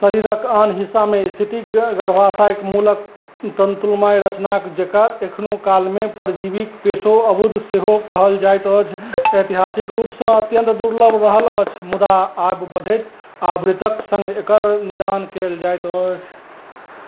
शरीरक आन हिस्सामे इस्थित गर्भाशयके मूलक तन्तुमय रचनाके जकर एखनो कालमे परजीविक पेशो अबुध सेहो कहल जाएत अछि एतिहासिक रूपसँ अत्यन्त दुर्लभ रहल अछि मुदा आगू बढ़ैत आवृतके सङ्ग एकर निदान कएल जाएत अछि